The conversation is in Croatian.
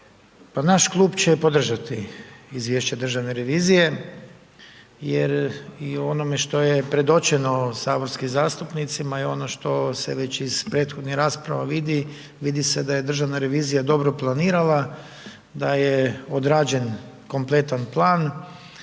Naš Klub će podržati izvješće Državne revizije, jer i u onome što je predočeno saborskim zastupnicima i ono što se već iz prethodnih rasprava vidi, vidi se da je Državna revizija dobro planirana, da je odrađen kompletan plan